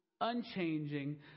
unchanging